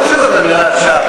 ברור שזאת עלילת שווא.